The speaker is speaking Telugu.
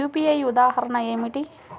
యూ.పీ.ఐ ఉదాహరణ ఏమిటి?